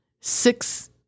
six